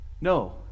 No